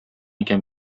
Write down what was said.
икән